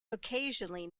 occasionally